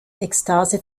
ekstase